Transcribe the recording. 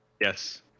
Yes